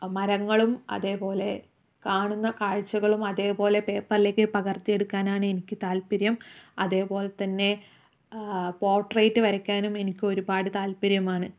മരങ്ങളും അതേപോലെ കാണുന്ന കാഴ്ചകളും അതേപോലെ പേപ്പറിലേക്ക് പകർത്തി എടുക്കാനാണ് എനിക്ക് താൽപര്യം അതേപോലെതന്നെ പോർട്രേറ്റ് വരയ്ക്കാനും എനിക്ക് ഒരുപാട് താൽപര്യമാണ്